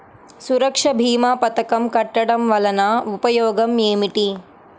సురక్ష భీమా పథకం కట్టడం వలన ఉపయోగం ఏమిటి?